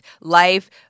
life